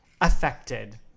Affected